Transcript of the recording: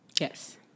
Yes